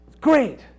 Great